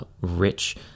rich